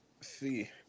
See